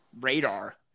radar